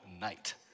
night